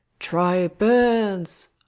troy burns,